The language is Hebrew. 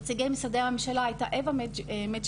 מנציגי משרדי הממשלה הייתה אוה מדז'יבוז',